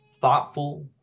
thoughtful